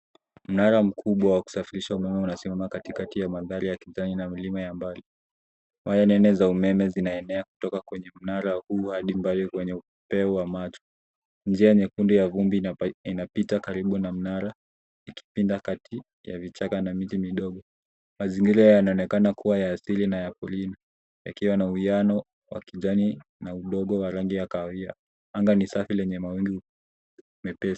Mnara mkubwa wa kusafirisha umeme unasimama katikati ya mandhari ya kijani na milima ya mbali. Waya nene za umeme zinaenea kutoka kwenye mnara huu hadi mbali kwenye upeo wa macho. Njia nyekundu ya vumbi inapita karibu na mnara ikipinda kati ya vichaka na miti midogo. Mazingira yanaonekana kuwa ya asili na ya kulima yakiwa na uiano wa kijani na udongo wa rangi ya kahawia. Anga ni safi lenye mawingu mepesi.